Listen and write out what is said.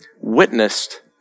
witnessed